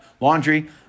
laundry